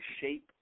shape